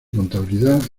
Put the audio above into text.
contabilidad